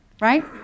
right